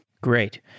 Great